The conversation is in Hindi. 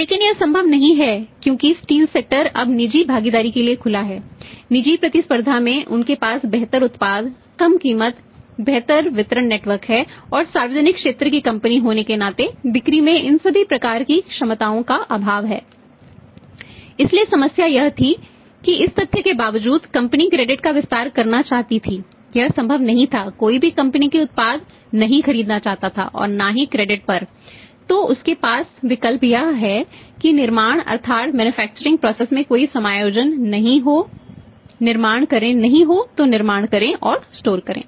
लेकिन यह संभव नहीं है क्योंकि स्टील सेक्टर करें